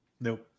Nope